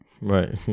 Right